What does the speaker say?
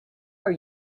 are